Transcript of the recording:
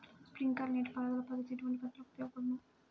Sprinkler నీటిపారుదల పద్దతి ఎటువంటి పంటలకు ఉపయోగపడును?